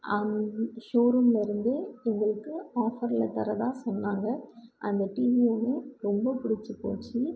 ஷோரூமிலிருந்து எங்களுக்கு ஆஃபரில் தரதாக சொன்னாங்க அந்த டிவி வந்து ரொம்ப பிடுச்சி போச்சு